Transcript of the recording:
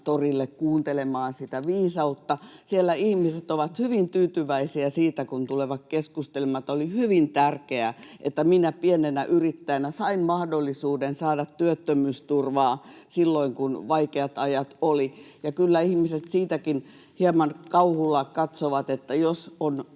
torille kuuntelemaan sitä viisautta. Siellä ihmiset ovat hyvin tyytyväisiä siitä, kun tulevat keskustelemaan, että oli hyvin tärkeää, että ”minä pienenä yrittäjänä sain mahdollisuuden saada työttömyysturvaa silloin, kun oli vaikeat ajat”. Ja kyllä ihmiset sitäkin hieman kauhulla katsovat, jos on